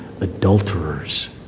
adulterers